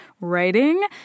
writing